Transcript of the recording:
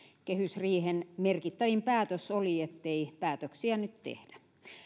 kehysriihen merkittävin päätös oli ettei päätöksiä nyt tehdä